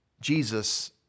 Jesus